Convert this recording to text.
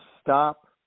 stop